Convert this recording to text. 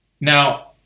Now